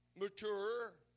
mature